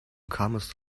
comest